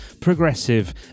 progressive